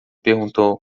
perguntou